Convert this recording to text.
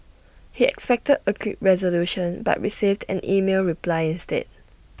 he expected A quick resolution but received an email reply instead